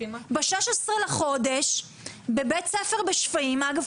ב-16 בחודש בבית ספר שפיים אגב,